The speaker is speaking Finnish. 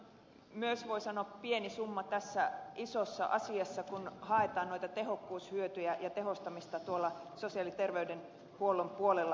tämä on myös voi sanoa pieni summa tässä isossa asiassa kun haetaan noita tehokkuushyötyjä ja tehostamista tuolla sosiaali ja terveydenhuollon puolella